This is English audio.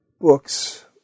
books